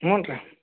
ಹ್ಞೂ ರೀ